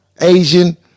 asian